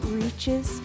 reaches